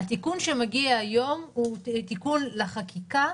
התיקון שמגיע היום הוא תיקון לחקיקה,